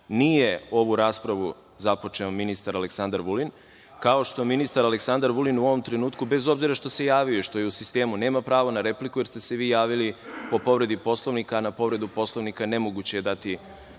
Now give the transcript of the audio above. Nije ovu raspravu započeo ministar Aleksandar Vulin, kao što ministar Aleksandar Vulin u ovom trenutku, bez obzira što se javio i što je u sistemu, nema pravo na repliku, jer ste se vi javili po povredi Poslovnika, a na povredu Poslovnika nemoguće je dati